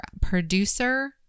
producer